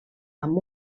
amb